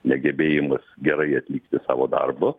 negebėjimas gerai atlikti savo darbo